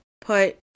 put